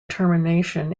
termination